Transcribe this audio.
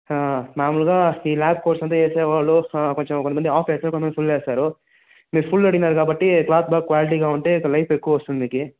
మామూలుగా ఇ large coat అంతా వేసే వాళ్ళు కొంచెం కొంతమంది హాఫ్ వేస్తారు కొంతమంది ఫుల్ వేస్తారు మీరు ఫుల్ అడిగినారు కాబట్టి క్లాత్ బాగా క్వాలిటీగా ఉంటే లైఫ్ ఎక్కువ వస్తుంది మీకు